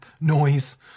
noise